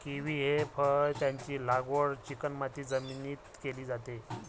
kiwi हे फळ आहे, त्याची लागवड चिकणमाती जमिनीत केली जाते